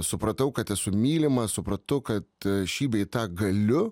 supratau kad esu mylimas supratau kad šį bei tą galiu